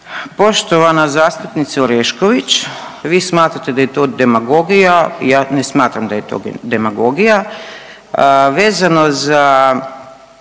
Poštovana zastupnice Orešković, vi smatrate da je to demagogija, ja ne smatram da je to demagogija. Vezano za